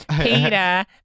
Peter